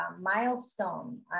milestone